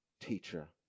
teacher